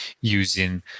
using